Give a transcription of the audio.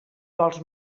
vols